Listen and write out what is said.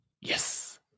Yes